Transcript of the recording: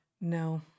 no